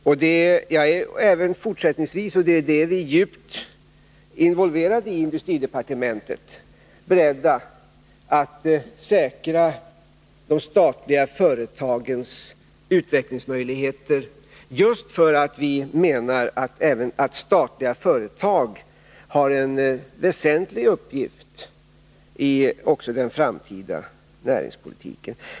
Vi är även fortsättningsvis — och vi är djupt involverade i detta i industridepartementet — beredda att säkra de statliga företagens utvecklingsmöjligheter, just därför att vi menar att även statliga företag har en väsentlig uppgift i den framtida näringspolitiken.